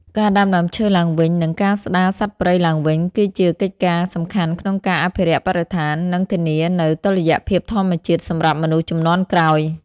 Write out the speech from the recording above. ការដាំដើមឈើឡើងវិញ និងការស្ដារសត្វព្រៃឡើងវិញ គឺជាកិច្ចការសំខាន់ក្នុងការអភិរក្សបរិស្ថាន និងធានានូវតុល្យភាពធម្មជាតិសម្រាប់មនុស្សជំនាន់ក្រោយ។